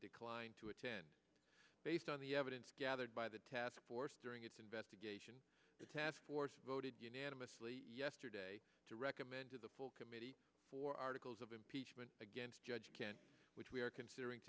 declined to attend based on the evidence gathered by the task force during its investigation the task force voted unanimously yesterday to recommend to the full committee for articles of impeachment against judge can which we are considering